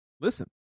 Listen